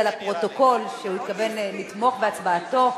לפרוטוקול שהוא התכוון לתמוך בהצבעתו.